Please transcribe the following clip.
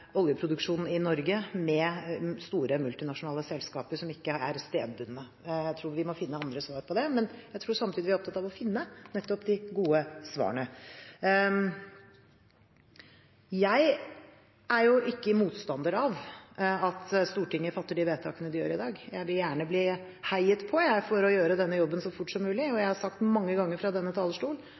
i Norge, med store multinasjonale selskaper som ikke er stedbundne. Jeg tror vi må finne andre svar på det. Samtidig tror jeg at vi er opptatt av å finne nettopp de gode svarene. Jeg er ikke motstander av at Stortinget fatter de vedtakene de gjør i dag. Jeg vil gjerne bli heiet på for å gjøre denne jobben så fort som mulig. Jeg har mange ganger fra denne